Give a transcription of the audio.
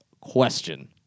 question